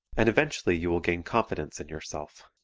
and eventually you will gain confidence in yourself.